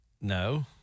No